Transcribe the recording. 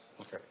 okay